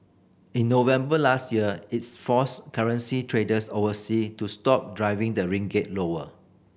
in November last year it's forced currency traders oversea to stop driving the ring git lower